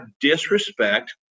disrespect